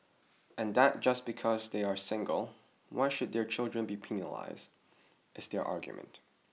and that just because they are single why should their children be penalised is their argument